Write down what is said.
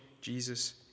jesus